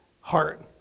heart